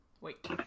Wait